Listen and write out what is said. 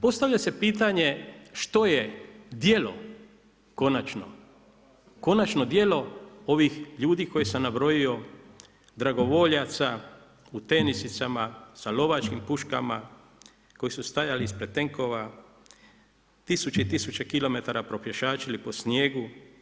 Postavlja se pitanje što je djelo konačno, konačno djelo ovih ljudi koje sam nabrojao dragovoljaca u tenisicama sa lovačkim puškama koji su stajali ispred tenkova tisuću u tisuću kilometara propješačili po snijegu?